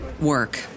work